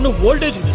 why did